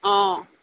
অঁ